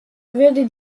würde